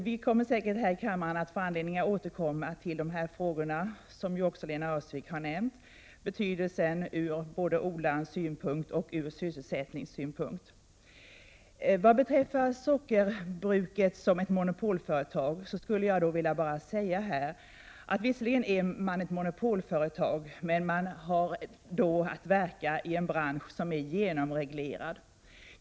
Vi kommer säkert att få anledning att här i kammaren återkomma till dessa frågors betydelse, vilket även Lena Öhrsvik har nämnt, både ur odlarens synpunkt och ur sysselsättningssynpunkt. Vad beträffar sockerbruket som ett monopolföretag skulle jag bara vilja säga att det visserligen är ett monopolföretag, men det har att verka i en bransch som är genomreglerad.